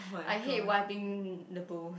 I date wiping the doors